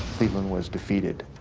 cleveland was defeated.